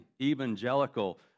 evangelical